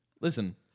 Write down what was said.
Listen